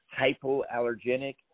hypoallergenic